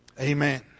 Amen